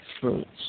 fruits